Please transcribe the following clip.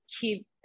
keep